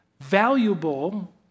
valuable